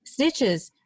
snitches